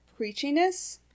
preachiness